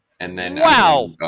Wow